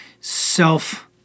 self